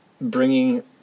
bringing